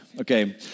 Okay